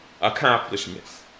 accomplishments